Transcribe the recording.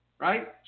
Right